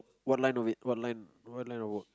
what line would it what line what line of work